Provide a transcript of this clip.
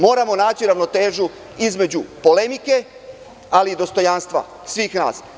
Moramo naći ravnotežu između polemike, ali i dostojanstva svih nas.